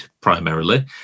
primarily